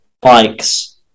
bikes